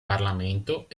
parlamento